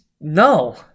no